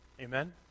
Amen